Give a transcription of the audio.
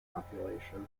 population